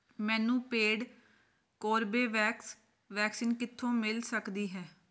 ਮੈਨੂੰ paid Corbevax vaccine ਕਿੱਥੋਂ ਮਿਲ ਸਕਦੀ ਹੈ